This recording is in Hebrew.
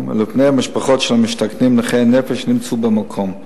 ולבני המשפחות של המשתכנים נכי הנפש שנמצאו במקום.